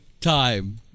time